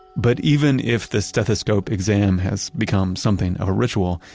but even if the stethoscope exam has become something of a ritual,